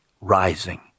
rising